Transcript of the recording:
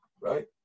right